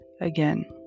again